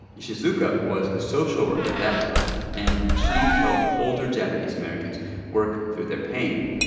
ishizuka was a social worker at that time, and she helped older japanese americans work through their pain.